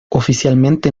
oficialmente